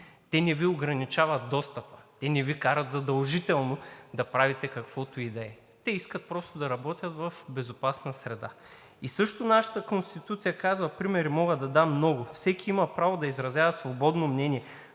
те не Ви ограничават достъп, те не Ви карат задължително да правите каквото и да е – те искат просто да работят в безопасна среда. И също нашата Конституция казва: примери мога да дам много – всеки има право да изразява свободно мнение,